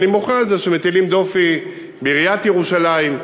אני מוחה על זה שמטילים דופי בעיריית ירושלים,